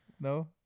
No